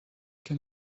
can